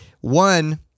one